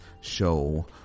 show